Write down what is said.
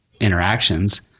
interactions